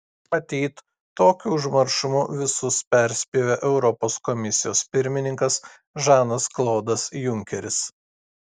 matyt tokiu užmaršumu visus perspjovė europos komisijos pirmininkas žanas klodas junkeris